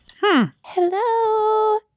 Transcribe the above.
Hello